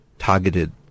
targeted